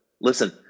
Listen